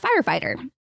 firefighter